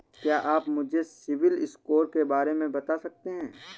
क्या आप मुझे सिबिल स्कोर के बारे में बता सकते हैं?